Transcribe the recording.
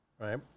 Right